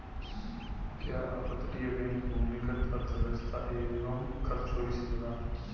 क्या अपतटीय बैंक भूमिगत अर्थव्यवस्था एवं कर चोरी से जुड़ा है?